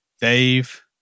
Dave